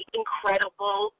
incredible